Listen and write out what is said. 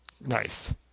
Nice